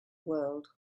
world